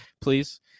please